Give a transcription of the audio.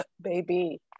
baby